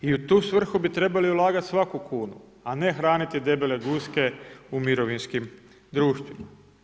I u tu svrhu bi trebali ulagati svaku kunu, a ne hraniti debele guske u mirovinskim društvima.